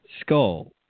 skull